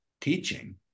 teaching